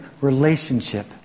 relationship